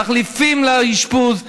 תחליפים לאשפוז,